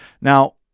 Now